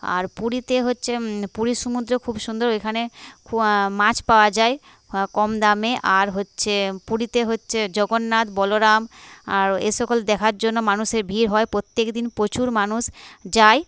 আর পুরীতে হচ্ছে পুরীর সমুদ্র খুব সুন্দর ওইখানে মাছ পাওয়া যায় কম দামে আর হচ্ছে পুরীতে হচ্ছে জগন্নাথ বলরাম আর এ সকল দেখার জন্য মানুষের ভিড় হয় প্রত্যেকদিন প্রচুর মানুষ যায়